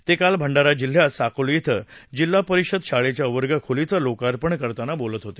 ते काल भंडारा जिल्ह्यात साकोली इथं जिल्हा परिषद शाळेच्या वर्गखोलीचं लोकार्पण करताना बोलत होते